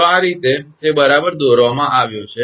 તો આ રીતે તે બરાબર દોરવામાં આવ્યો છે